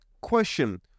question